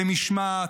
במשמעת,